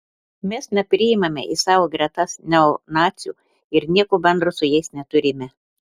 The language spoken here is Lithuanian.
mes nepriimame į savo gretas neonacių ir nieko bendro su jais neturime